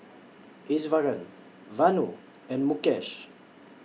Iswaran Vanu and Mukesh